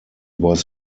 was